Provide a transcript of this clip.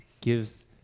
gives